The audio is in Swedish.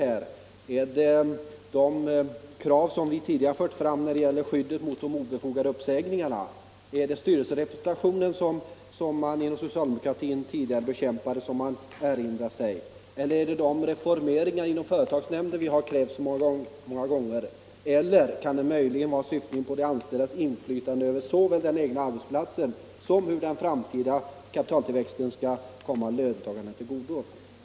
Är det de krav som vi tidigare fört fram när det gäller skyddet mot obefogade uppsägningar man tänker på, eller är det styrelserepresentationen som man inom socialdemokratin tidigare bekämpade som man nu erinrar sig? Är det de reformeringar inom företagsnämnderna som vi krävt man tänker på, eller syftar man möjligen på de anställdas inflytande över såväl den egna arbetsplatsen som över hur den framtida kapitaltillväxten skall komma löntagarna till godo?